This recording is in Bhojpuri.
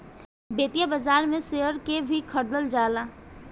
वित्तीय बाजार में शेयर के भी खरीदल जाला